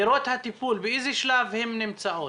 דירות הטיפול לגברים, באיזה שלב הן נמצאות?